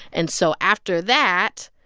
and so after that,